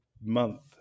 month